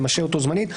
זה משהה אותו זמנית,